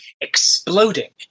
exploding